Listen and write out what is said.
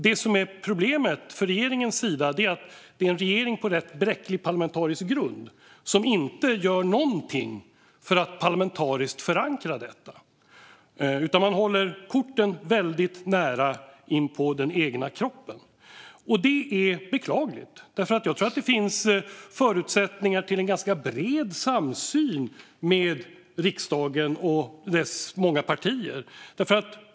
Det som är problemet för regeringen är att den har en rätt bräcklig parlamentarisk grund och inte gör någonting för att förankra detta parlamentariskt. Man håller korten väldigt nära inpå den egna kroppen, och det är beklagligt. Jag tror att det finns förutsättningar för en ganska bred samsyn med riksdagen och dess många partier.